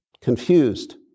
confused